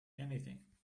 anything